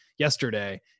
Yesterday